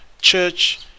church